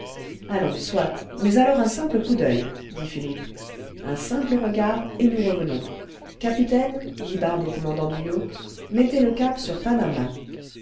allons soit mais alors un simple coup d'oeil dit philippe un simple regard et nous revenons capitaine dit barbe au commandant du yacht mettez le cap sur panama